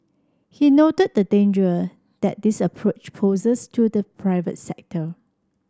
he noted the danger that this approach poses to the private sector